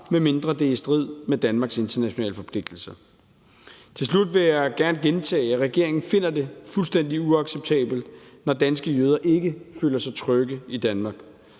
medmindre det er i strid med Danmarks internationale forpligtelser. Til slut vil jeg gerne gentage, at regeringen finder det fuldstændig uacceptabelt, at danske jøder ikke føler sig trygge i Danmark.